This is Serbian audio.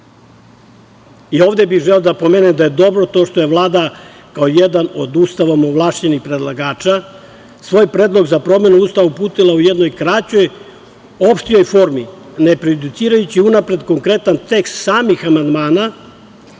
bih želeo da pomenem da je dobro to što je Vlada, kao jedan od Ustavom ovlašćenih predlagača, svoj predlog za promenu Ustava uputila u jednoj kraćoj opštijoj formi ne prejudicirajući unapred konkretan tekst samih amandmana